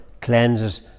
cleanses